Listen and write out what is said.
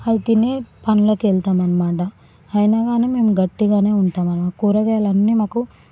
అవి తినే పనులకి వెళతామన్నమాట అయినా కానీ మేము గట్టిగానే ఉంటామని కూరగాయలన్నీ మాకు